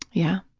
yeah.